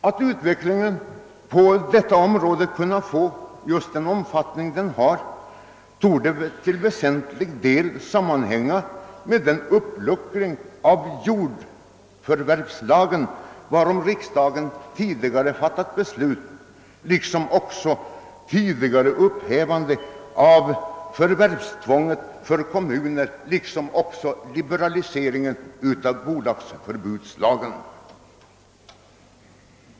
Att utvecklingen på detta område kunnat få denna omfattning torde till väsentlig del sammanhänga med den uppluckring av jordförvärvslagen varom riksdagen tidigare fattat beslut liksom också med upphävandet av förvärvstvånget för kommuner samt liberaliseringen av bolagsförbudslagen.